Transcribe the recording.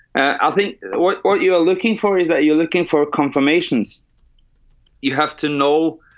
i think what what you are looking for is that you're looking for confirmations you have to know